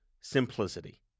Simplicity